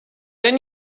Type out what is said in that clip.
there